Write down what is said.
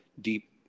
deep